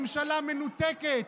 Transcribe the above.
ממשלה מנותקת,